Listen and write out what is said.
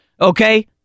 okay